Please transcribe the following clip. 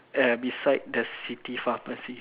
err beside the city pharmacy